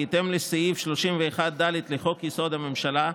בהתאם לסעיף 31(ד) לחוק-יסוד: הממשלה,